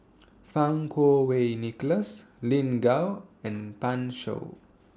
Fang Kuo Wei Nicholas Lin Gao and Pan Shou